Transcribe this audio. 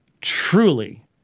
truly